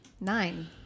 Nine